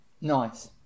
Nice